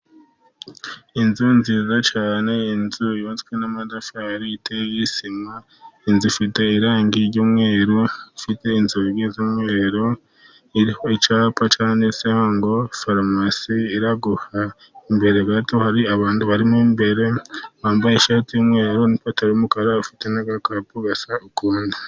Inzu nziza cyane, inzu yubatswe n'amatafari iteye sima. Inzu ifite irangi ry'umweru, ifiite inzugi z'umweru. Iriho icyapa cyanditseho farumasi iraguha. Imbere gato hari abantu barimo imbere, bambaye ishati y'umweru n'ipataro y'umukara bafite n'agakapu gasa ukuntu.